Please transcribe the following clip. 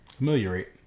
Ameliorate